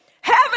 Heaven